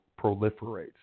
proliferates